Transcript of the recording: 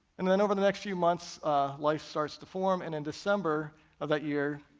and then over the next few months life starts to form, and in december of that year,